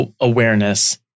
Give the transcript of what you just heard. awareness